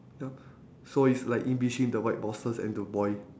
yup so it's like in between the white boxes and the boy